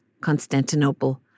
Constantinople—